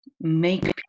make